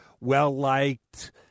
well-liked